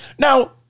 Now